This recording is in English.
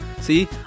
see